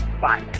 Bye